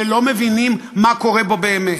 ולא מבינים מה קורה פה באמת.